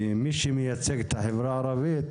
כמי שמייצג את החברה הערבית,